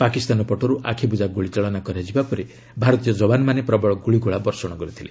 ପାକିସ୍ତାନ ପଟର୍ ଆଖିବୃଜା ଗ୍ରଳିଚାଳନା କରାଯିବା ପରେ ଭାରତୀୟ ଯବାନମାନେ ପ୍ରବଳ ଗ୍ରଳିଗୋଳା ବର୍ଷଣ କରିଥିଲେ